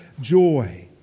joy